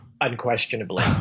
unquestionably